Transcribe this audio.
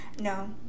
No